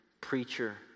preacher